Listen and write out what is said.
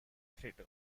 cretu